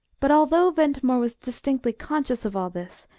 but although ventimore was distinctly conscious of all this,